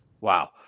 Wow